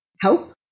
help